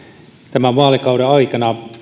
tämän vaalikauden aikana